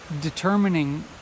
determining